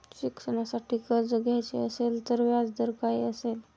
शिक्षणासाठी कर्ज घ्यायचे असेल तर व्याजदर काय असेल?